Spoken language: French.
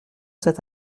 cet